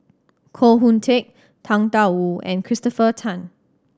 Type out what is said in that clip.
Koh Hoon Teck Tang Da Wu and Christopher Tan